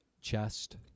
chest